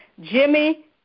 Jimmy